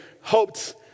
hoped